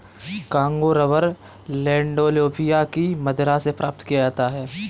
Congo rubber landolphia की मदिरा से प्राप्त किया जाता है